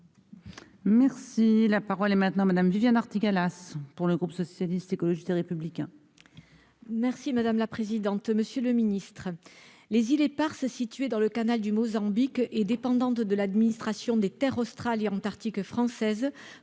Merci, la parole est maintenant Madame Viviane Artigalas pour le groupe socialiste, écologiste et républicain, merci madame la présidente, monsieur le Ministre, les îles Eparses située dans le canal du Mozambique et dépendant de l'administration des Terres australes et antarctiques françaises